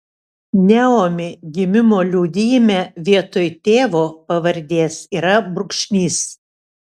naomi gimimo liudijime vietoj tėvo pavardės yra brūkšnys